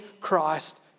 Christ